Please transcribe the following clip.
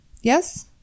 Yes